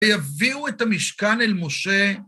ויביאו את המשכן אל משה.